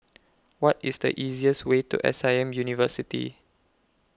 What IS The easiest Way to S I M University